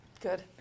Good